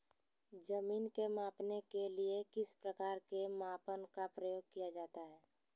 जमीन के मापने के लिए किस प्रकार के मापन का प्रयोग किया जाता है?